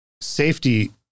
safety